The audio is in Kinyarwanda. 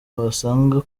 wasanga